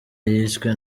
yiswe